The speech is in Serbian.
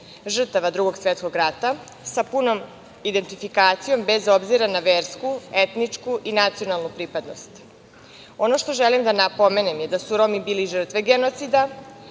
žrtava Drugog svetskog rata sa punom identifikacijom, bez obzira na versku, etničku i nacionalnu pripadnost. Ono što želim da napomenem je da su Romi bili žrtve genocida,